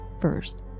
first